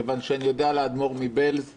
כיוון שאני יודע על האדמו"ר מבעלזא